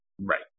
Right